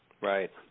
Right